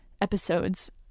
episodes